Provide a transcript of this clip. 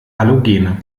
halogene